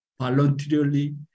voluntarily